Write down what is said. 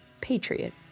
Patriot